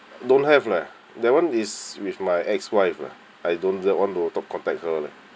don't have leh that [one] is with my-ex wife lah I don't want to contact her leh